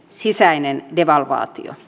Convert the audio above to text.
sisäinen devalvaatio